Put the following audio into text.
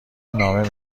نامه